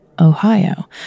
Ohio